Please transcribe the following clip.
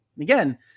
Again